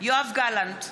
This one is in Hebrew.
יואב גלנט,